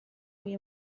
you